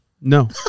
No